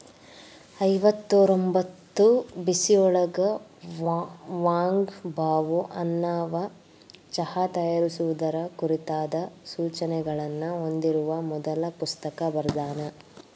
ಐವತ್ತರೊಂಭತ್ತು ಬಿಸಿಯೊಳಗ Wang Bao ಅನ್ನವಾ ಚಹಾ ತಯಾರಿಸುವುದರ ಕುರಿತಾದ ಸೂಚನೆಗಳನ್ನ ಹೊಂದಿರುವ ಮೊದಲ ಪುಸ್ತಕ ಬರ್ದಾನ